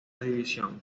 división